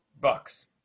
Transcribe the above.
Bucks